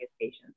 patients